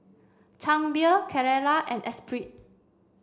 Chang Beer Carrera and Espirit